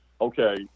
okay